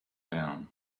down